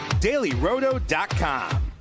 dailyroto.com